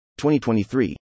2023